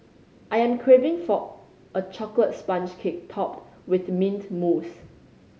I am craving for a chocolate sponge cake topped with mint mousse